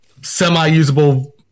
semi-usable